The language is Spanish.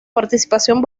participación